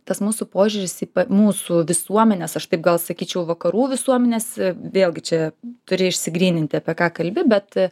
tas mūsų požiūris į mūsų visuomenes aš taip gal sakyčiau vakarų visuomenes vėlgi čia turi išsigryninti apie ką kalbi bet